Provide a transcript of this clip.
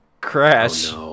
crash